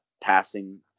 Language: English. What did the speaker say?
passing